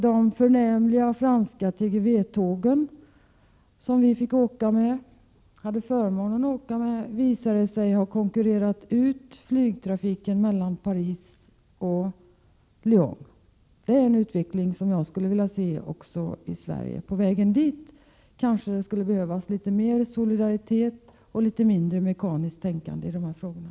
De förnämliga franska TGV-tåg som vi hade förmånen att åka med visade sig ha konkurrerat ut flygtrafiken mellan Paris och Lyon. Det är en utveckling som jag skulle vilja se en motsvarighet till i Sverige. På vägen dit kanske det skulle behövas litet mer solidaritet och litet mindre mekaniskt tänkande i de här frågorna.